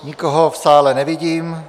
Nikoho v sále nevidím.